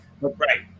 right